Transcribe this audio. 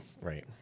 Right